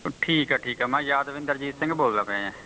ਠੀਕ ਹੈ ਠੀਕ ਹੈ ਮੈਂ ਯਾਦਵਿੰਦਰਜੀਤ ਸਿੰਘ ਬੋਲਦਾ ਪਿਆ